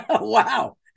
wow